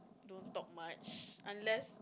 don't talk much unless